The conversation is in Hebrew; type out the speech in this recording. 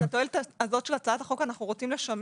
התועלת הזו של הצעת החוק, אנו רוצים לשמר.